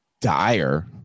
dire